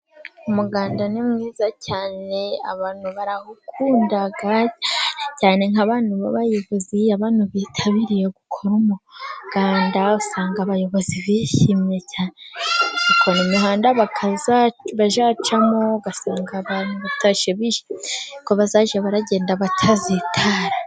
Umuganda ni mwiza cyane, abantu barawukunda. Cyane cyane nk'abayobozi iyo abantu bitabiriye gukora umuganda, usanga abayobozi bishimye cyane ,bakora imihanda bazacamo ,ugasanga abantu batashye bishimiye ko bazajya baragenda badasitara.